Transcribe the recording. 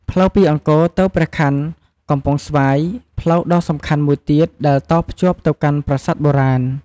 ផ្លូវពីអង្គរទៅព្រះខ័នកំពង់ស្វាយ ផ្លូវដ៏សំខាន់មួយទៀតដែលតភ្ជាប់ទៅកាន់ប្រាសាទបុរាណ។